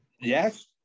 Yes